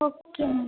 okay ma'am